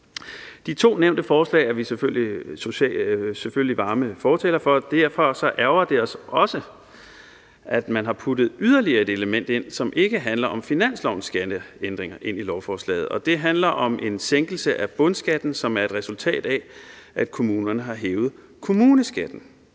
De to nævnte forslag er vi selvfølgelig varme fortalere for. Derfor ærgrer det os også, at man har puttet yderligere et element ind i lovforslaget, som ikke handler om finanslovens skatteændringer. Det handler om en sænkelse af bundskatten, som er et resultat af, at kommunerne har hævet kommuneskatten.